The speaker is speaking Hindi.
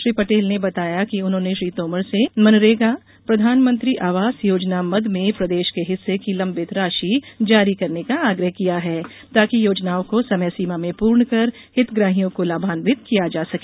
श्री पटेल ने बताया कि उन्होंने श्री तोमर से मनरेगा प्रधानमंत्री आवास योजना मद में प्रदेश के हिस्से की लंबित राशि जारी करने का आग्रह किया है ताकि योजनाओं को समय सीमा में पूर्ण कर हितग्राहियों को लाभान्वित किया जा सके